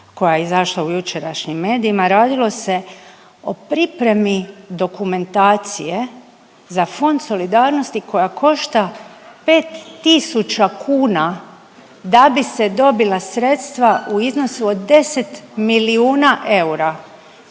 koja je izašla u jučerašnjim medijima. Radilo se o pripremi dokumentacije za Fond solidarnosti koja košta 5 tisuća kuna da bi se dobila sredstva u iznosu od 10 milijuna eura.